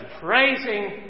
praising